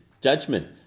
Judgment